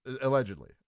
allegedly